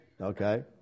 okay